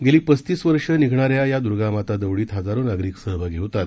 गेली पस्तीस वर्ष निघणाऱ्या या दुर्गामाता दौडीत हजारो नागरिक सहभागी होतात